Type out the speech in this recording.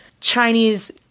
Chinese